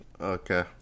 Okay